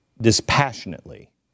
dispassionately